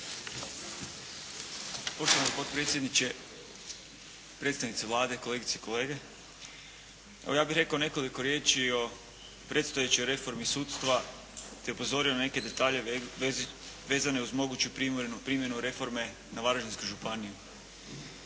Poštovani potpredsjedniče, predstavnici Vlade, kolegice i kolege. Evo, ja bih rekao nekoliko riječi o predstojećoj reformi sudstva te upozorio na neke detalje vezane uz moguću primjenu reforme na Varaždinsku županiju.